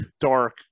dark